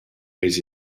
eis